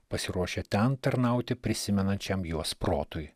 pasiruošę ten tarnauti prisimenančiam jos protui